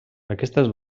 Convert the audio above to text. aquestes